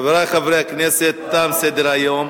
חברי חברי הכנסת, תם סדר-היום.